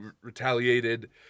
retaliated